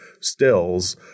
stills